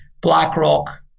BlackRock